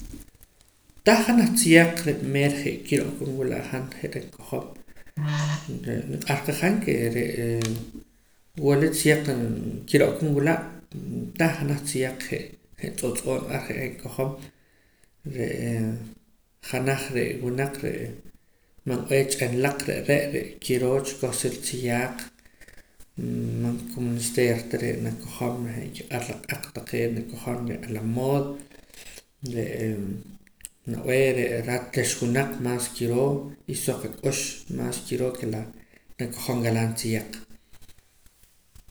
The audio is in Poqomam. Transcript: Tah janaj tziyaq re' meer je' kiro'ka nwula' han je' reh nkojom re' niq'ar qa han ke re'e wula tziyaq kiro'ka nwula' ntah janaj tziyaq je' je' tz'oo' tz'oo' niq'ar je'je' nkojom re'e janaj re' winaq re'e man b'ee ch'anlaq re' re' re'kiroo chikoj sa ritziyaaq man komesteer ta re' nakojom re' je' nkiq'ar la q'aq taqee' nakojom re' a la mood re'e nab'ee re'e rat raxwinaq mas kiroo y suq mas kiroo ke la nakojom galaan tziyaq